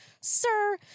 Sir